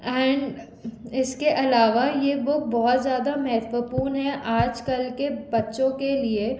and इसके अलावा ये बुक बहुत ज़्यादा महत्वपूर्ण है आज कल के बच्चों के लिए